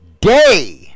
day